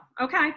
Okay